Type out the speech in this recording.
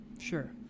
Sure